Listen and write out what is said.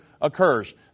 occurs